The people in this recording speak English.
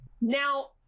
Now